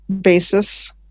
basis